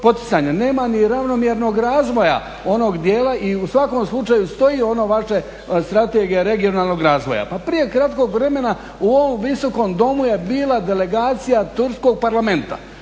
nema ni ravnomjernog razvoja onog dijela i u svakom slučaju stoji ono vaše strategija regionalnog razvoja. Pa prije kratkog vremena u ovom visokom domu je bila delegacija Turskog parlamenta